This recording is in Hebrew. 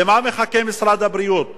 למה משרד הבריאות מחכה?